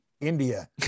India